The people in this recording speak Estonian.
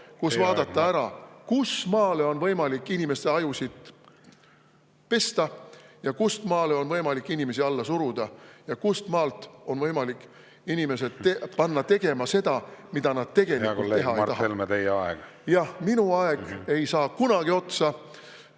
kus vaadata ära, kuhu maani on võimalik inimeste ajusid pesta ja kus maale on võimalik inimesi alla suruda ja kust maalt on võimalik inimesed panna tegema seda, mida nad tegelikult teha ei taha. Hea kolleeg härra Helme, teie